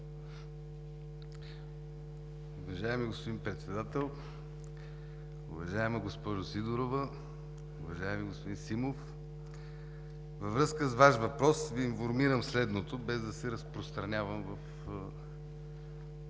Уважаеми господин Председател, уважаема госпожо Сидорова, уважаеми господин Симов! Във връзка с Ваш въпрос Ви информирам следното, без да се разпространявам в